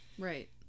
Right